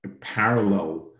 parallel